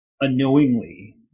unknowingly